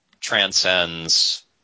transcends –